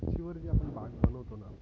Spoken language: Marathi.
गच्चीवर जी आपण बाग बनवतो ना